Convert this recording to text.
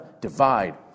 Divide